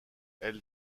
elle